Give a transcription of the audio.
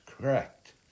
correct